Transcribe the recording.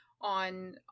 on